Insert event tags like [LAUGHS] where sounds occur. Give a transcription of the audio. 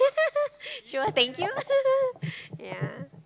[LAUGHS] sure thank you yeah